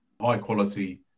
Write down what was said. high-quality